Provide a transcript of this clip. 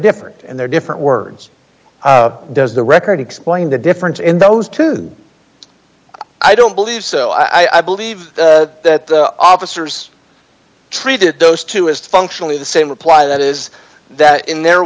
different and they're different words does the record explain the difference in those two i don't believe so i believe that officers treated those two as functionally the same reply that is that in their